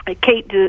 Kate